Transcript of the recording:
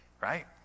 right